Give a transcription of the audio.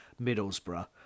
Middlesbrough